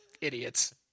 idiots